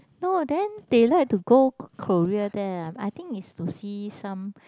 no then they like to go Ko~ Korea there ah I think is to see some